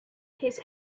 his